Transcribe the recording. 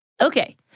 Okay